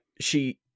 she-